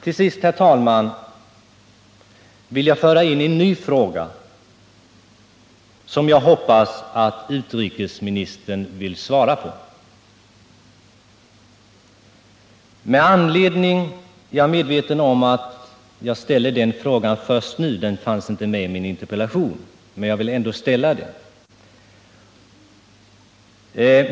Till sist, herr talman, vill jag föra in en ny fråga, som jag hoppas att utrikesministern vill svara på. Jag är medveten om att jag ställer frågan först nu och att den inte fanns med i min interpellation, men jag vill ändå framföra den.